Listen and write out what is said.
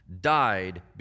died